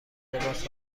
لباس